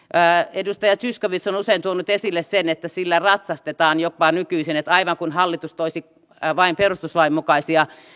edustaja zyskowicz on usein tuonut esille sen että sillä jopa ratsastetaan nykyisin että aivan kuin hallitus toisi vain perustuslain mukaisia